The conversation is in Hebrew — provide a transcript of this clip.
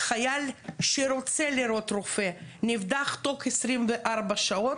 חייל שרוצה לראות רופא נבדק תוך 24 שעות,